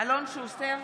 אלון שוסטר,